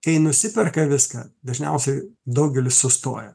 kai nusiperka viską dažniausiai daugelis sustoja